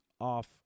off